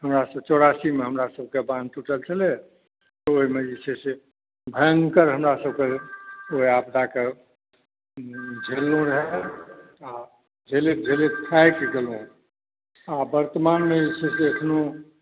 हमरासभ चौरासीमे हमरासभकेँ बाँध टूटल छलै ओहिमे जे छै से भयङ्कर हमरासभकेँ ओहि आपदाके झेललहुँ रहए आ झेलैत झेलैत थाकि गेलहुँ आ वर्तमानम ई स्थिति अखनहुँ